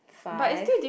five